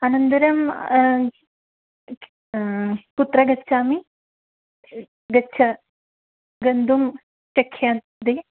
अनन्तरं कुत्र गच्छामि गच्छ गन्तुं शक्यन्ते